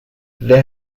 there